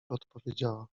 odpowiedziała